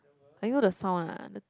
I know the sound lah the